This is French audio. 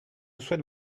souhaite